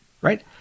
right